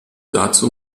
dazu